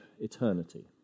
eternity